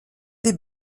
dei